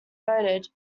noted